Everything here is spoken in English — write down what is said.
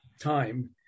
time